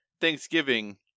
Thanksgiving-